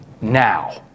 now